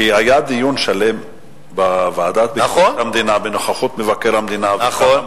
כי היה דיון שלם בוועדת ביקורת המדינה בנוכחות מבקר המדינה.